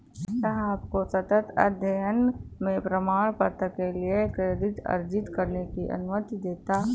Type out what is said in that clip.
यह आपको सतत अध्ययन में प्रमाणपत्र के लिए क्रेडिट अर्जित करने की अनुमति देता है